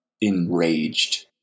enraged